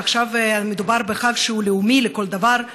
ועכשיו מדובר בחג שהוא לאומי לכל דבר,